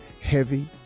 heavy